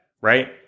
right